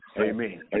Amen